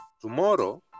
tomorrow